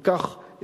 אם כך,